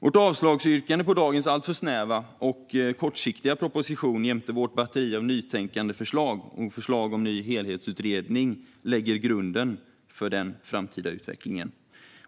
Vårt avslagsyrkande på dagens alltför snäva och kortsiktiga proposition, jämte vårt batteri av nytänkande förslag och förslag om en ny helhetsutredning, lägger grunden för den framtida utvecklingen.